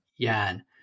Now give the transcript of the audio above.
Yan